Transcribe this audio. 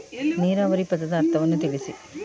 ನೀರಾವರಿ ಪದದ ಅರ್ಥವನ್ನು ತಿಳಿಸಿ?